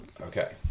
Okay